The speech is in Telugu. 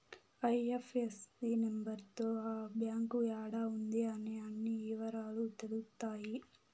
ఐ.ఎఫ్.ఎస్.సి నెంబర్ తో ఆ బ్యాంక్ యాడా ఉంది అనే అన్ని ఇవరాలు తెలుత్తాయి